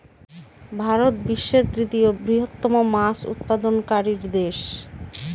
ভারত বিশ্বের তৃতীয় বৃহত্তম মাছ উৎপাদনকারী দেশ